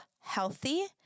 healthy